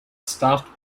staffed